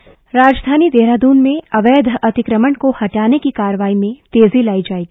अवैध अतिक्रमण राजधानी देहरादून में अवैध अतिक्रमण को हटाने की कार्रवाई में तेजी लाई जाएगी